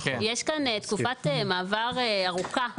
יש כאן תקופת מעבר ארוכה,